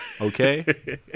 Okay